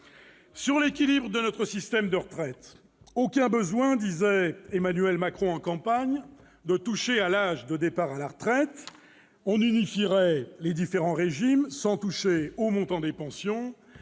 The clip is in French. Sur l'équilibre de notre système de retraite, aucun besoin, disait Emmanuel Macron en campagne, de toucher à l'âge de départ à la retraite. On unifierait les différents régimes sans toucher au montant des pensions,